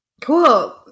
Cool